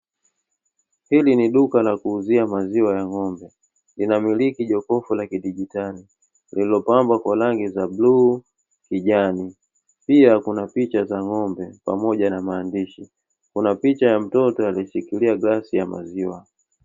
Hili ni duka la kuuzia maziwa ya ng'ombe, linamiliki jokofu la kidijitali lililopambwa kwa rangi za bluu, kijani pia kuna picha za ng'ombe pamoja na maandishi, kuna picha ya mtoto alieshikilia glasi ya maziwa.